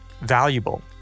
valuable